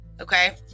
Okay